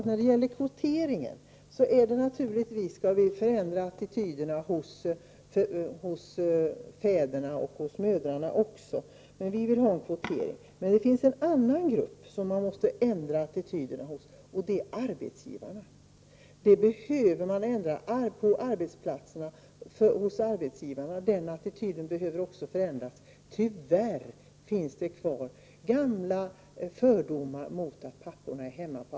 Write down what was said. När det gäller kvoteringen anser jag att vi naturligtvis skall förändra attityderna hos fäderna och även hos mödrarna. Vi vill ha en kvotering. Det finns också en annan grupp där man måste ändra attityderna, nämligen arbetsgivarna. Attityden på arbetsplatserna hos arbetsgivarna behöver också föränd ras. Tyvärr finns det på arbetsplatserna kvar gamla fördomar mot att papporna är hemma.